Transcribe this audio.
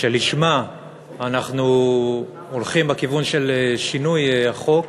שלשמה אנחנו הולכים בכיוון של שינוי החוק,